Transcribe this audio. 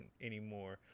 anymore